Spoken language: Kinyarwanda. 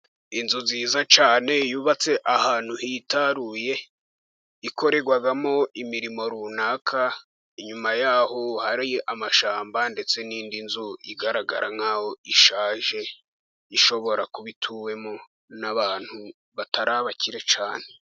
Inzu nziza cyane yubatse ahantu hitaruye, ikorerwamo imirimo runaka, inyuma y'aho hari amashyamba ndetse n'indi nzu igaragara nk'aho ishaje, ishobora kuba ituwemo n'abantu batari abakire cyane.